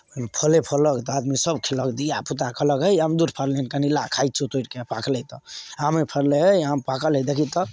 ओहिमे फले फलल तऽ आदमी सब खयलक धिआपूता खयलक हे अमरूद कनी फड़लै हँ कनी ला खाइत छियौ तोड़िके पाकले तऽ आमे फललै हय आम पाकल हय देखही तऽ